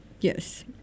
Yes